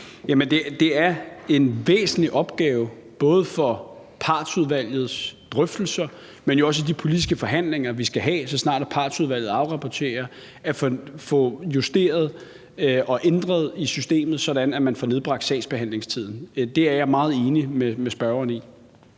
det er en væsentlig opgave både for partsudvalgets drøftelser, men jo også i de politiske forhandlinger, vi skal have, så snart partsudvalget afrapporterer, at få justeret og ændret i systemet, sådan at man får nedbragt sagsbehandlingstiden. Det er jeg meget enig med spørgeren i.